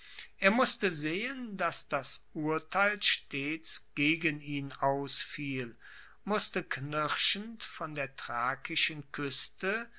er musste sehen dass das urteil stets gegen ihn ausfiel musste knirschend von der thrakischen kueste